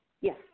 Yes